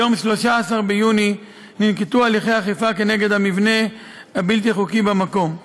ביום 13 ביוני ננקטו הליכי אכיפה כנגד המבנה הבלתי-חוקי במקום.